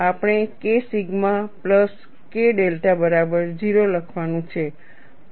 આપણે K sigma plus K delta બરાબર 0 લખવાનું છે